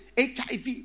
HIV